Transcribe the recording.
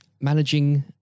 managing